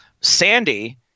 Sandy